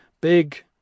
big